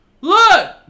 look